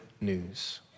news